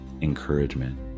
encouragement